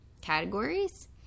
categories